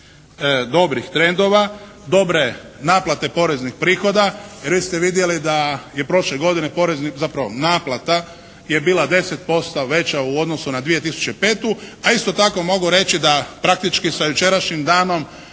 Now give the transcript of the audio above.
dobrih trendova, dobre naplate poreznih prihoda. Jer vi ste vidjeli da je prošle godine porezni, zapravo naplata je bila 10% veća u odnosu na 2005. a isto tako mogu reći da praktički sa jučerašnjim danom